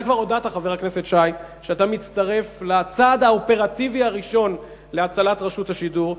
אתה כבר הודעת שאתה מצטרף לצעד האופרטיבי הראשון להצלת רשות השידור,